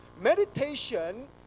Meditation